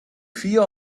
fear